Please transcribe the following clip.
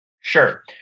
Sure